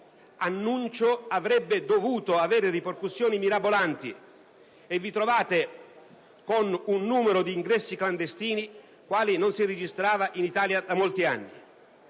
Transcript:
annuncio avrebbe dovuto avere ripercussioni mirabolanti e vi trovate con un numero di ingressi clandestini che non si registrava in Italia da molti anni.